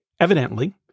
Evidently